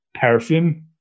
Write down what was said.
perfume